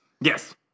yes